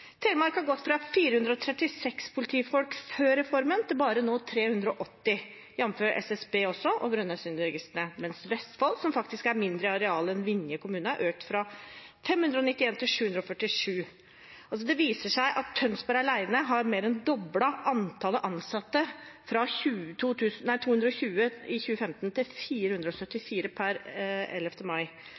Telemark har gått fra 436 politifolk før reformen til nå bare 380, jf. SSB og Brønnøysundregistrene. Men Vestfold, som faktisk er mindre i areal enn Vinje kommune, har økt fra 591 til 747. Det viser seg at Tønsberg alene har mer enn doblet antallet ansatte fra 220 i 2015 til 474 per 11. mai.